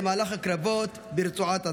במהלך הקרבות ברצועת עזה.